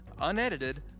unedited